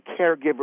caregiver